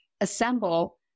assemble